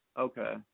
Okay